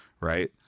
Right